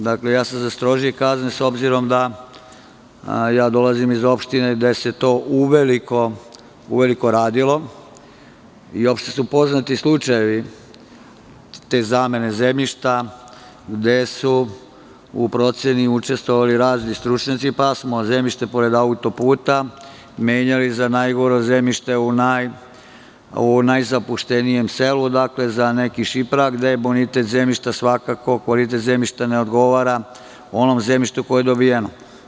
Dakle, za strožije sam kazne, s obzirom da dolazim iz opštine gde se to uveliko radilo i opšte su poznati slučajevi te zamene zemljišta gde su u proceni učestvovali razni stručnjaci, pa smo zemljište pored autoputa menjali za najgora zemljišta u najzapuštenijem selu, dakle za nekih šiprag, gde bonitet zemljišta, svakako kvalitet zemljišta ne odgovara onom zemljištu koje je dobijeno.